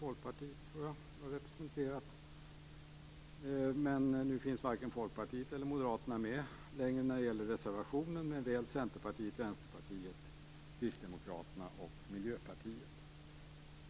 Folkpartiet. Men nu finns varken Moderaterna eller Folkpartiet längre med när det gäller reservationen men väl Centerpartiet, Vänsterpartiet, Kristdemokraterna och Miljöpartiet.